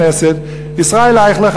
ישראל אייכלר,